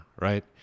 right